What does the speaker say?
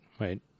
right